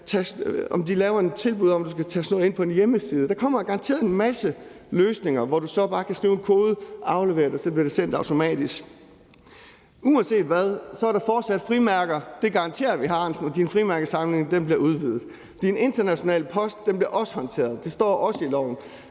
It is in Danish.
de kan lave et tilbud om, at du skal taste noget ind på en hjemmeside. Der kommer garanteret en masse løsninger, hvor du så bare kan skrive en kode, aflevere det, og så bliver det sendt automatisk. Uanset hvad er der fortsat frimærker, det garanterer jeg, hr. Alex Ahrendtsen, og din frimærkesamling bliver udvidet. Din internationale post bliver også håndteret, og det står også i loven.